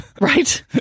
Right